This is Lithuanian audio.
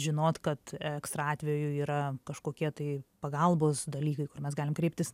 žinot kad ekstra atveju yra kažkokie tai pagalbos dalykai kur mes galim kreiptis